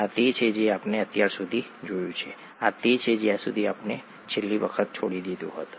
આ તે છે જે આપણે અત્યાર સુધી જોયું છે આ તે છે જ્યાં આપણે છેલ્લી વખત છોડી દીધું હતું